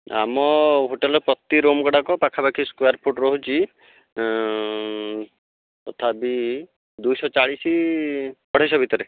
ଆମ ହୋଟେଲର ପ୍ରତି ରୁମ୍ ଗୁଡ଼ାକ ପାଖାପାଖି ସ୍କୋୟାର୍ ଫୁଟ୍ ରହୁଛି ତଥାପି ଦୁଇଶହ ଚାଳିଶ ଅଢ଼େଇଶହ ଭିତରେ